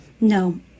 No